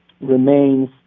remains